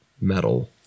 metal